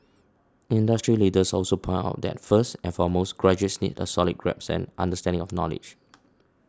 industry leaders also pointed out that first and foremost graduates need a solid grasp and understanding of knowledge